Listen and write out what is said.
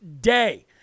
day